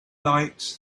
night